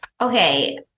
Okay